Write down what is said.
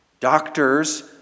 Doctors